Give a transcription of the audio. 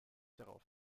darauf